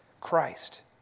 Christ